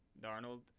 Darnold